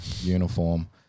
uniform